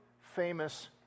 famous